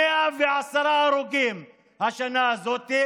110 הרוגים בשנה הזאת,